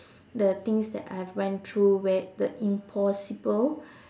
the things that I've went through where the impossible